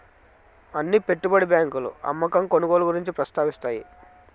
అన్ని పెట్టుబడి బ్యాంకులు అమ్మకం కొనుగోలు గురించి ప్రస్తావిస్తాయి